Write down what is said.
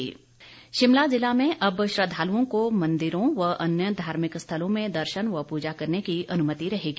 मंदिर शिमला जिला में अब श्रद्वालुओं को मंदिरों व अन्य धार्मिक स्थलों में दर्शन व पूजा करने की अनुमति रहेगी